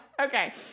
Okay